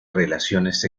relaciones